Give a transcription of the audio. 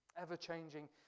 ever-changing